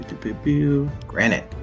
Granite